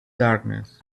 darkness